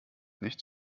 nichts